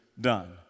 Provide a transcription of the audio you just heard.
done